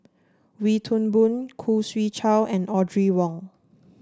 Wee Toon Boon Khoo Swee Chiow and Audrey Wong